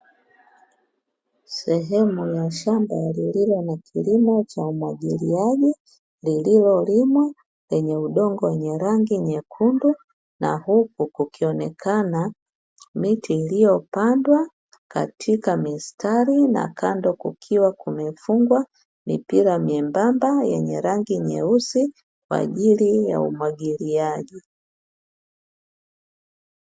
Sehemu ya shamba lililo na kilimo cha umwagiliaji lililolimwa lenye udongo wenye rangi nyekundu, na huku kukionekana miti iiyopandwa katika mistari, na kando kukiwa kumefungwa mipira miembamba yenye rangi nyeusi kwa ajili ya umwagiliaji.